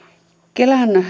kelan